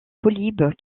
polybe